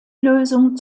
lösung